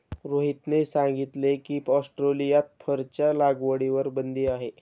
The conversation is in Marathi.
रोहितने सांगितले की, ऑस्ट्रेलियात फरच्या लागवडीवर बंदी आहे